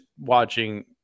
watching